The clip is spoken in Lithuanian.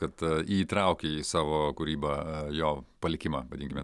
kad įtraukė į savo kūrybą jo palikimą vadinkime